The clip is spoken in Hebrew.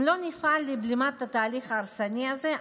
אם לא נפעל לבלימת התהליך ההרסני הזה,